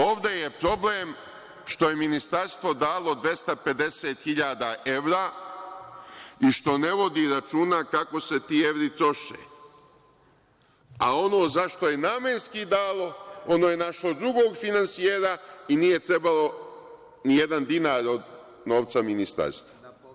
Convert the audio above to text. Ovde je problem što je ministarstvo dalo 250.000 evra i što ne vodi računa kako se ti evri troše, a ono za šta je namenski dalo ono je našlo drugog finansijera i nije trebalo ni jedan dinar od novca ministarstva.